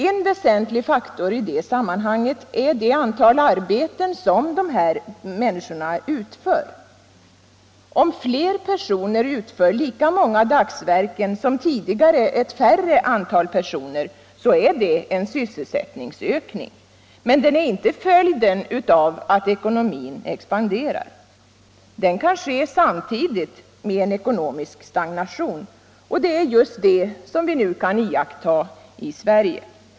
En väsentlig faktor i det sammanhanget är det antal arbeten som dessa människor utför. Om flera personer utför lika många dagsverken som tidigare ett färre antal personer gjorde så är det en sysselsättningsökning, men den är inte en följd av att ekonomin expanderar. Den kan ske samtidigt med en ekonomisk stagnation. Och det är just detta som vi nu kan iaktta i Sverige.